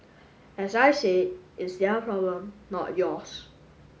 as I said it's their problem not yours